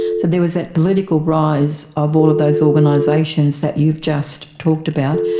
so there was that political rise of all of those organisations that you've just talked about.